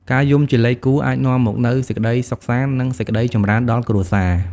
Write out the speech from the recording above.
ការយំជាលេខគូអាចនាំមកនូវសេចក្តីសុខសាន្ត និងសេចក្តីចម្រើនដល់គ្រួសារ។